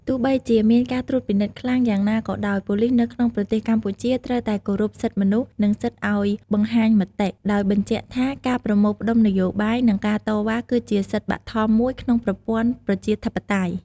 ទោះបីជាមានការត្រួតពិនិត្យខ្លាំងយ៉ាងណាក៏ដោយ ប៉ូលីសនៅក្នុងប្រទេសកម្ពុជា ត្រូវតែគោរពសិទ្ធិមនុស្ស និងសិទ្ធិឲ្យបង្ហាញមតិ ដោយបញ្ជាក់ថាការប្រមូលផ្តុំនយោបាយ និងការតវ៉ា គឺជាសិទ្ធិបឋមមួយក្នុងប្រព័ន្ធប្រជាធិបតេយ្យ។